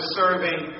serving